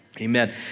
Amen